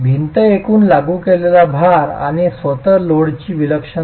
भिंत एकूण लागू केलेला भार आणि स्वतः लोडची विलक्षणता